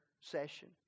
session